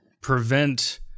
prevent